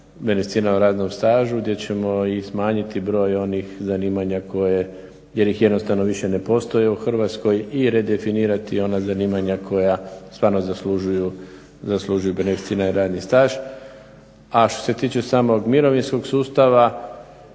beneficiranom radnom stažu gdje ćemo i smanjiti broj onih zanimanja koje jer ih jednostavno više ne postoji u Hrvatskoj i redefinirati ona zanimanja koja stvarno zaslužuju beneficirani radni staž. A što se tiče samog mirovinskog sustava